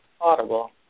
audible